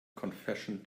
confession